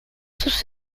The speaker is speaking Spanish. sus